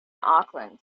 auckland